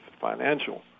financial